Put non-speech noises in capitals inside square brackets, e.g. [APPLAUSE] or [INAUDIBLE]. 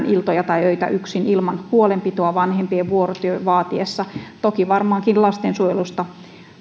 [UNINTELLIGIBLE] iltoja tai öitä yksin ilman huolenpitoa vanhempien vuorotyön vaatiessa toki varmaankin lastensuojelusta